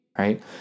Right